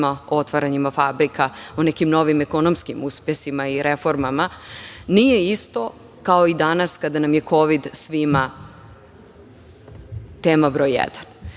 o otvaranjima fabrika, o nekim novim ekonomskim uspesima i reformama, nije isto kao i danas kada nam je Kovid svima tema broj